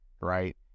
right